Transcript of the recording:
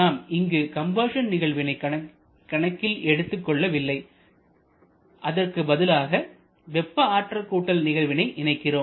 நாம் இங்கு கம்பஷன் நிகழ்வினை கணக்கில் எடுத்துக் கொள்ளவில்லை அதற்கு பதிலாக வெப்ப ஆற்றல் கூட்டல் நிகழ்வினை இணைக்கிறோம்